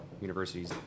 universities